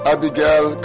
Abigail